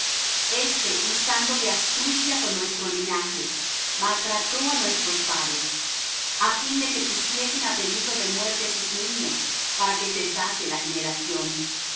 este usando de astucia con nuestro linaje maltrató á nuestros padres á fin de que pusiesen á peligro de muerte sus niños para que cesase la generación